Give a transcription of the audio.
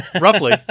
roughly